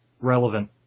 relevant